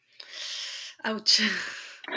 Ouch